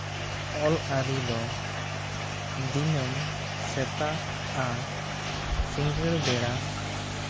ᱚᱞ ᱟᱹᱨᱤ ᱫᱚ ᱫᱤᱱᱟᱹᱢ ᱥᱮᱛᱟᱜ ᱟᱨ ᱥᱤᱸᱜᱟᱹᱬ ᱵᱮᱲᱟ